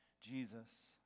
Jesus